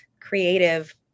creative